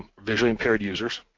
visually impaired users,